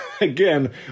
again